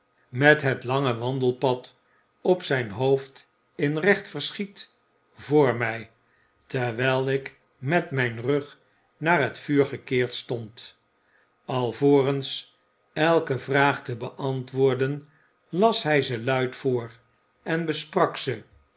met het lange wandelpad op zgn hoofd in recht verschiet voor mg terwijl ik met mijn rug naar het vuur gekeerd stond alvorens elke vraag te beantwoorden las hij ze luid voor en besprak